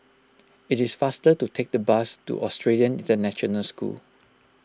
it is faster to take the bus to Australian International School